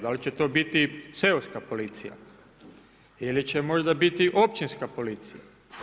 Da li će to biti seoska policija ili će možda biti općinska policija?